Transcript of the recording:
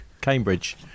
Cambridge